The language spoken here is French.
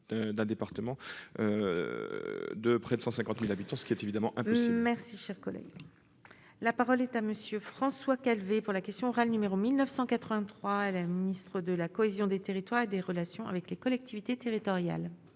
d'un département de près de 150000 habitants, ce qui est évidemment. Merci, cher collègue, la parole est à monsieur François Calvet pour la question orale numéro 1983 la ministre de la cohésion des territoires et des relations avec les collectivités territoriales.